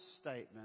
statement